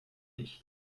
nicht